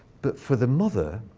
but for the mother,